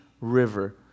river